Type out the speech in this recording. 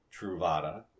Truvada